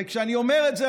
וכשאני אומר את זה,